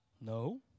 No